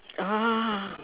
ah